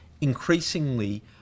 increasingly